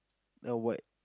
or what